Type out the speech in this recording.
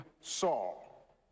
Saul